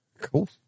Cool